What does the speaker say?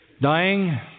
Dying